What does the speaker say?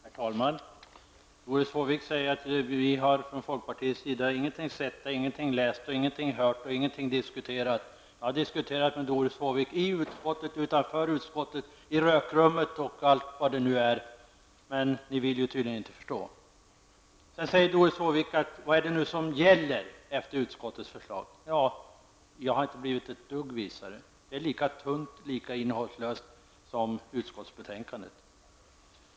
Herr talman! Doris Håvik säger att vi i folkpartiet ingenting har sett, ingenting har läst, ingenting har hört och ingenting har diskuterat. Jag själv har diskuterat med Doris Håvik i utskottet, utanför utskottet, i rökrummet och på många andra ställen. Men hon vill tydligen inget förstå. Vad innebär då utskottets förslag, säger Doris Håvik. Jag har inte blivit ett dugg visare efter att ha läst det. Förslaget är lika tunt och innehållslöst som utskottsbetänkandet.